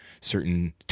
certain